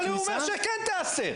אבל הוא אומר שכן תיאסר.